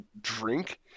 drink